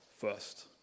first